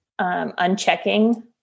unchecking